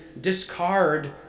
discard